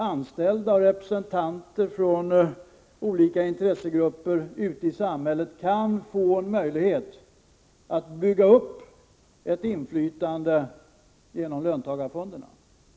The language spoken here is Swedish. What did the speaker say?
Anställda och representanter för olika intressegrupper ute i samhället kan få en möjlighet att bygga upp ett inflytande genom löntagarfonderna.